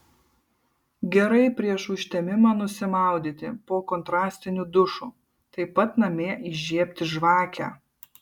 gerai prieš užtemimą nusimaudyti po kontrastiniu dušu taip pat namie įžiebti žvakę